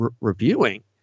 reviewing